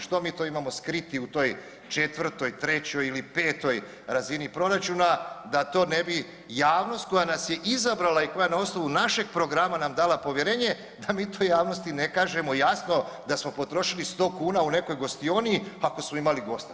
Što mi to imamo skriti u toj četvrtoj, trećoj ili petoj razini proračuna da to ne bi javnost koja nas je izabrala i koja na osnovu našeg programa nam dala povjerenje da mi to javnosti ne kažemo jasno da smo potrošili 100 kuna u nekoj gostioni ako smo imali gosta?